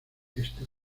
este